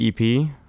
EP